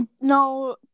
no